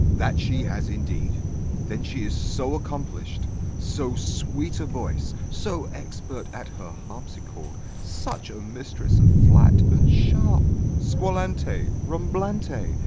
that she has indeed then she is so accomplished so sweet a voice so expert at her harpsichord such a mistress of flat and sharp, squallante, rumblante,